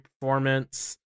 performance